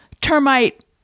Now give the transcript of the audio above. termite